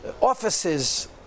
offices